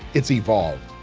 it's evolved.